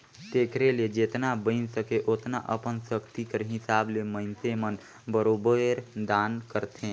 तेकरे ले जेतना बइन सके ओतना अपन सक्ति कर हिसाब ले मइनसे मन बरोबेर दान करथे